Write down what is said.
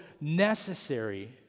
necessary